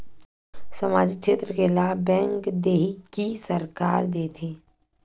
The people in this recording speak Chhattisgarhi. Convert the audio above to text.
सामाजिक क्षेत्र के लाभ बैंक देही कि सरकार देथे?